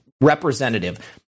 representative